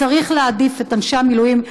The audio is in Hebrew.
צריך להעדיף את אנשי המילואים,